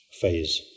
phase